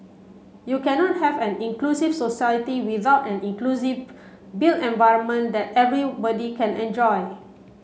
you cannot have an inclusive society without an inclusive built environment that everybody can enjoy